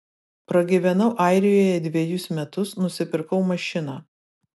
pragyvenau airijoje dvejus metus nusipirkau mašiną